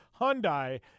Hyundai